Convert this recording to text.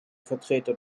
vertreter